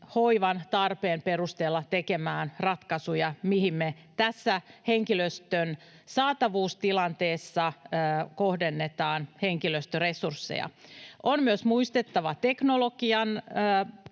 hoivan tarpeen perusteella tekemään ratkaisuja, mihin me tässä henkilöstön saatavuustilanteessa kohdennetaan henkilöstöresursseja. On myös muistettava teknologian